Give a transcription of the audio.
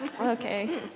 Okay